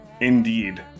indeed